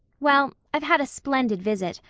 well, i've had a splendid visit,